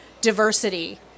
diversity